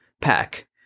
pack